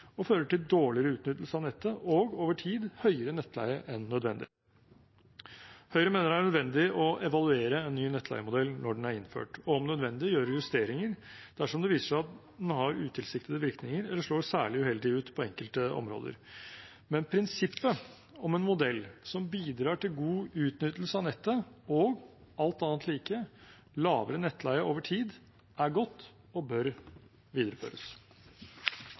og fører til dårligere utnyttelse av nettet og over tid høyere nettleie enn nødvendig. Høyre mener det er nødvendig å evaluere en ny nettleiemodell når den er innført, og om nødvendig gjøre justeringer dersom det viser seg at den har utilsiktede virkninger eller slår særlig uheldig ut på enkelte områder. Men prinsippet om en modell som bidrar til god utnyttelse av nettet og – alt annet like – lavere nettleie over tid, er godt og bør videreføres.